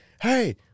hey